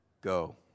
go